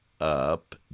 Up